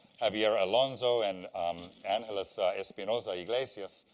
javier alonso and angeles espinosa yglesias.